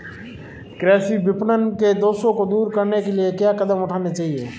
कृषि विपणन के दोषों को दूर करने के लिए क्या कदम उठाने चाहिए?